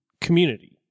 community